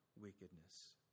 wickedness